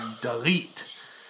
Delete